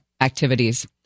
activities